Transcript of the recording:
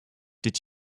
did